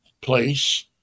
place